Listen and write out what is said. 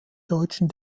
deutschen